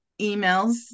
emails